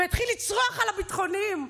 והתחיל לצרוח על הביטחוניים,